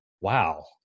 wow